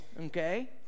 okay